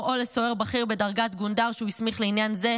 או לסוהר בכיר בדרגת גונדר שהוא הסמיך לעניין זה,